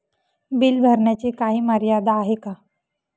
Bill भरण्याची काही मर्यादा आहे का?